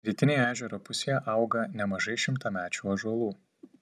rytinėje ežero pusėje auga nemažai šimtamečių ąžuolų